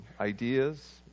Ideas